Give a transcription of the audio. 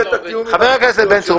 חבר הכנסת בן צור.